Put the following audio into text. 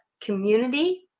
community